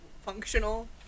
functional